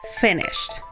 finished